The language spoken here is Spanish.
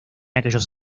aquellos